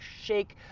shake